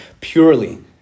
purely